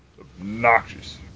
obnoxious